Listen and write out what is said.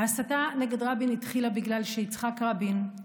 ההסתה נגד רבין התחילה בגלל שיצחק רבין,